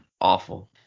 Awful